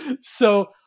So-